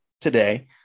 today